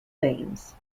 thames